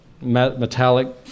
metallic